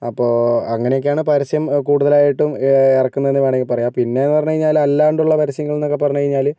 അപ്പോൾ അങ്ങനെയൊക്കെയാണ് പരസ്യം കൂടുതലായിട്ടും ഇറക്കുന്നതെന്ന് വേണമെങ്കിൽ പറയാം പിന്നെയെന്ന് പറഞ്ഞു കഴിഞ്ഞാൽ അല്ലാണ്ടുള്ള പരസ്യങ്ങൾന്നൊക്കെ പറഞ്ഞു കഴിഞ്ഞാൽ